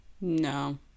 No